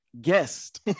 guest